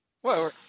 Whoa